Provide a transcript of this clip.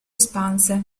espanse